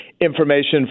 information